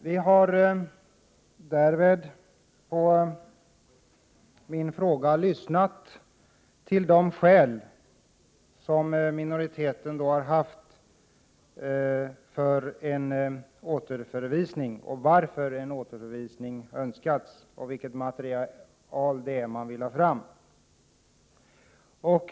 Vi har lyssnat till de skäl minoriteten haft för en återförvisning och frågat vilket material man velat ha fram.